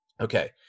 Okay